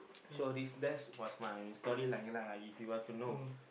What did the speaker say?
so all this that was my story like lah if you want to know